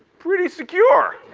pretty secure.